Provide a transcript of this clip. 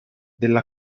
della